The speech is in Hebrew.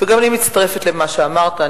וגם אני מצטרפת למה שאמרת.